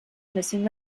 missing